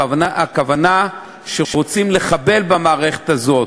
הכוונה שרוצים לחבל במערכת הזאת,